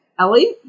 Ellie